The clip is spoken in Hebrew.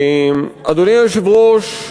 אדוני היושב-ראש,